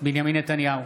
בנימין נתניהו,